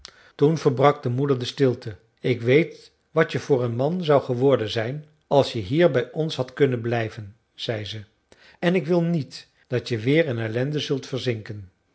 toen verbrak de moeder de stilte ik weet wat je voor een man zou geworden zijn als je hier bij ons had kunnen blijven zei ze en ik wil niet dat je weer in ellende zult verzinken